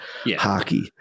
hockey